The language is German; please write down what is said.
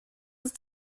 ist